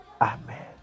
Amen